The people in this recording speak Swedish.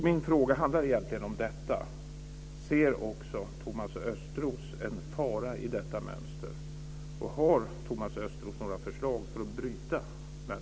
Min fråga handlar egentligen om detta. Ser också Thomas Östros en fara i det här mönstret? Har han några förslag för att bryta det?